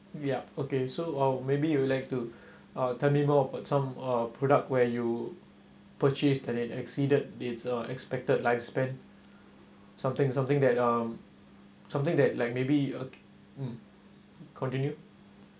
yup okay so I'll maybe you would like to uh tell me more about some uh product where you purchased then it exceeded its uh expected lifespan something something that um something that like maybe mm continue